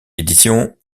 editions